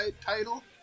title